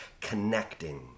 connecting